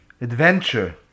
adventure